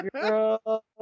Girl